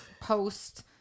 post